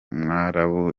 mwarabu